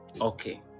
okay